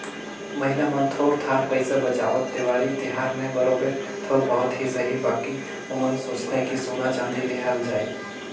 महिला मन थोर थार पइसा बंचावत, देवारी तिहार में बरोबेर थोर बहुत ही सही बकि ओमन सोंचथें कि सोना चाँदी लेहल जाए